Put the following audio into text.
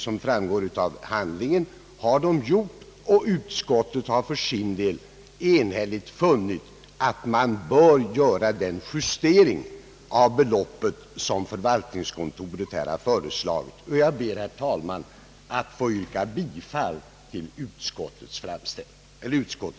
Som framgår av handlingarna har så skett och utskottet har för sin del enhälligt funnit att man bör göra den justering av beloppet som förvaltningskontoret här har föreslagit. Jag ber, herr talman, att få yrka bifall till utskottets utlåtande.